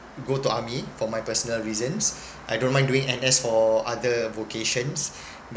go to army for my personal reasons I don't mind doing N_S for other vocations